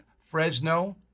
Fresno